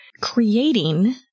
creating